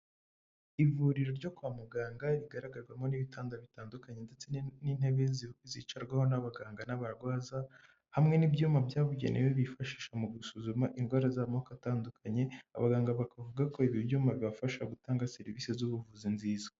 Ivuriro ryo kwa muganga rigaragarwamo n'ibitanda bitandukanye, ndetse n'intebe zicarwaho n'abaganga n'abarwaza, hamwe n'ibyuma byabugenewe bifashisha mu gusuzuma indwara z'amoko atandukanye, abaganga bakavuga ko ibi byuma bibafasha gutanga serivisi z'ubuvuzi nziza.